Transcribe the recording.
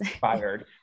fired